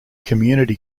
community